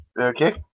Okay